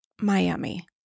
Miami